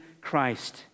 Christ